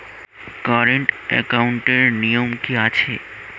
Current একাউন্টের নিয়ম কী আছে?